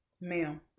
ma'am